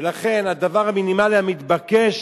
ולכן, הדבר המינימלי המתבקש